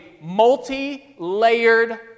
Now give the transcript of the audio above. multi-layered